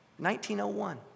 1901